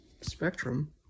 spectrum